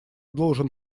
должен